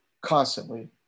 constantly